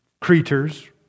creatures